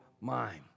mind